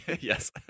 Yes